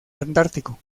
antártico